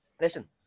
Listen